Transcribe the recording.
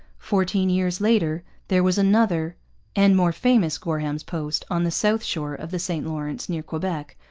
fourteen years later there was another and more famous gorham's post, on the south shore of the st lawrence near quebec,